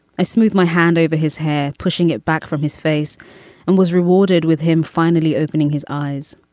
i smoothed my hand over his hair, pushing it back from his face and was rewarded with him, finally opening his eyes.